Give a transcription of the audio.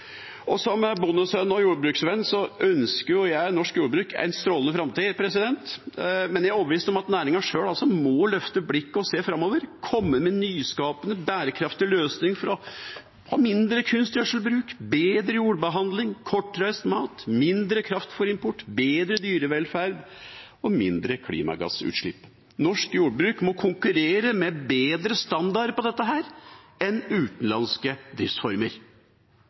Som bondesønn og jordbruksvenn ønsker jeg norsk jordbruk en strålende framtid. Men jeg er overbevist om at næringen sjøl må løfte blikket og se framover, komme med nyskapende, bærekraftige løsninger for å ha mindre kunstgjødselsbruk, bedre jordbehandling, kortreist mat, mindre kraftfôrimport, bedre dyrevelferd og mindre klimagassutslipp. Norsk jordbruk må konkurrere med bedre standarder på dette enn utenlandske driftsformer.